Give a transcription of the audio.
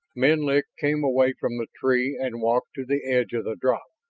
menlik came away from the tree and walked to the edge of the drop.